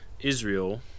Israel